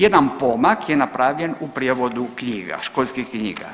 Jedan pomak je napravljen u prijevodu knjiga, školskih knjiga.